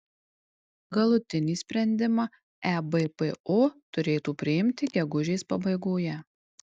galutinį sprendimą ebpo turėtų priimti gegužės pabaigoje